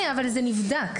אבל זה נבדק.